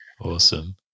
Awesome